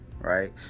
Right